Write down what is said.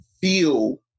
feel